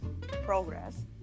progress